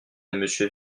monsieur